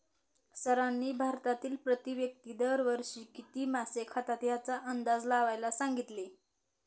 सरांनी भारतातील प्रति व्यक्ती दर वर्षी किती मासे खातात याचा अंदाज लावायला सांगितले?